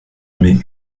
mai